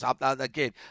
Again